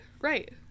Right